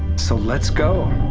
so let's go.